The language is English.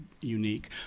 unique